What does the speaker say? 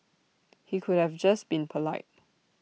he could have just been polite